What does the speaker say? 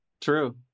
True